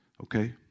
okay